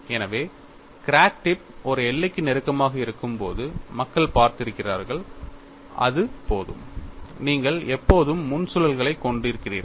எனவே crack tip ஒரு எல்லைக்கு நெருக்கமாக இருக்கும்போது மக்கள் பார்த்திருக்கிறார்கள் அது போதும் நீங்கள் எப்போதும் முன் சுழல்களைக் கொண்டிருக்கிறீர்கள்